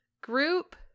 group